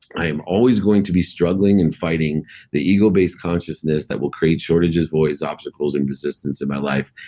i am always going to be struggling and fighting the ego-based consciousness that will create shortages voids, obstacles, and resistance in my life.